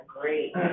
great